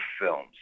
films